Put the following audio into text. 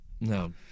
No